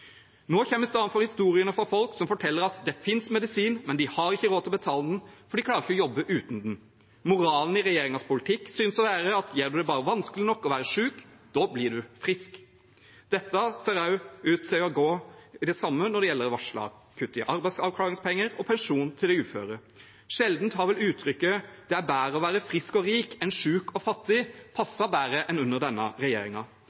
Nå kommer i stedet historiene fra folk som forteller at det finnes medisin, men de har ikke råd til å betale den, for de klarer ikke å jobbe uten den. Moralen i regjeringens politikk synes å være at gjør man det bare vanskelig nok å være syk, blir folk friske. Det ser også ut til å gå i det samme sporet når det gjelder varslede kutt i arbeidsavklaringspenger og pensjon til uføre. Sjelden har vel uttrykket «det er bedre å være frisk og rik enn syk og fattig»